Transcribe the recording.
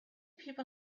people